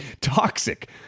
toxic